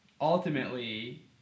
ultimately